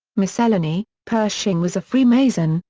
miscellany pershing was a freemason,